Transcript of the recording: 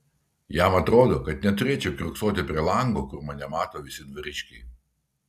jam atrodo kad neturėčiau kiurksoti prie lango kur mane mato visi dvariškiai